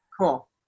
Cool